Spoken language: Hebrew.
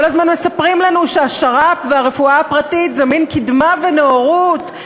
כל הזמן מספרים לנו שהשר"פ והרפואה הפרטית זה מין קדמה ונאורות,